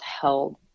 held